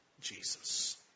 Jesus